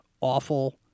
awful